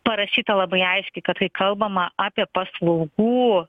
parašyta labai aiškiai kad kai kalbama apie paslaugų